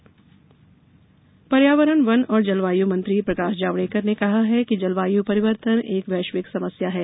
मरूर्थल सम्मेलन पर्यावरण वन और जलवायु मंत्री प्रकाश जावड़ेकर ने कहा है कि जलवायु परिवर्तन एक वैश्विक समस्या है